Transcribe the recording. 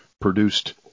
produced